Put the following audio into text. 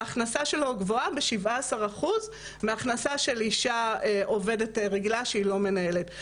ההכנסה שלו גבוהה ב-17% מהכנסה של אישה עובדת רגילה שהיא לא מנהלת.